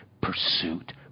pursuit